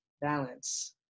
balance